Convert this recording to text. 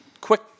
quick